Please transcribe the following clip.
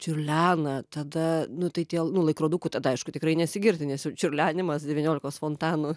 čiurlena tada nu tai tie nu laikrodukų tada aišku tikrai nesigirdi nes jau čiurlenimas devyniolikos fontanų